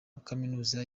kaminuza